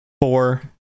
Four